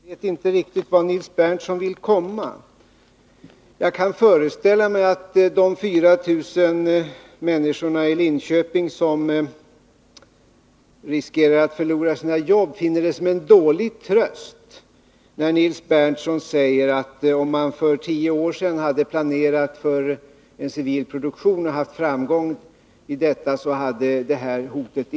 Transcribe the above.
Herr talman! Jag vet inte riktigt vart Nils Berndtson vill komma. Jag kan föreställa mig att de 4 000 människor i Linköping som riskerar att förlora sina jobb finner det vara en dålig tröst när Nils Berndtson säger att detta hot inte hade varit ett faktum om man för tio år sedan hade planerat för civil produktion och haft framgång i det arbetet.